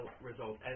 result